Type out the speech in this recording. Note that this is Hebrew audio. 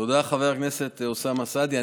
תודה, חבר הכנסת אוסאמה סעדי.